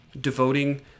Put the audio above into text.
devoting